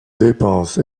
dépenses